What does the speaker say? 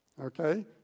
okay